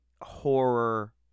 horror